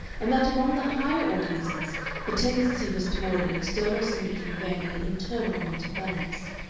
and that among the higher organisms the tendency was toward an external symmetry veiling an internal want of balance.